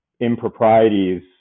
improprieties